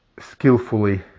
skillfully